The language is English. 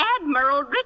Admiral